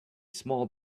small